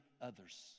others